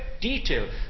detail